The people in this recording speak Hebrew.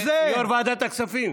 יו"ר ועדת הכספים,